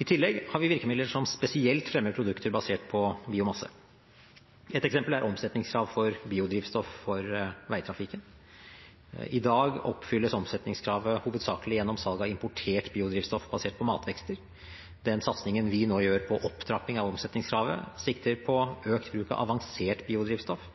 I tillegg har vi virkemidler som spesielt fremmer produkter basert på biomasse. Ett eksempel er omsetningskrav for biodrivstoff for veitrafikken. I dag oppfylles omsetningskravet hovedsakelig gjennom salg av importert biodrivstoff basert på matvekster. Den satsingen vi nå gjør på opptrapping av omsetningskravet, sikter på økt bruk av avansert biodrivstoff,